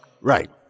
Right